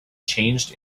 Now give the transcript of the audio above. changed